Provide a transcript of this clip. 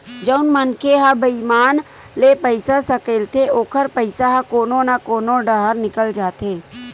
जउन मनखे ह बईमानी ले पइसा सकलथे ओखर पइसा ह कोनो न कोनो डाहर निकल जाथे